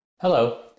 Hello